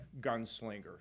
gunslinger